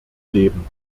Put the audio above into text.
leben